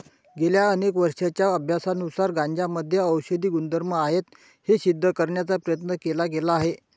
गेल्या अनेक वर्षांच्या अभ्यासानुसार गांजामध्ये औषधी गुणधर्म आहेत हे सिद्ध करण्याचा प्रयत्न केला गेला आहे